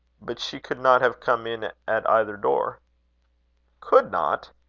but she could not have come in at either door could not?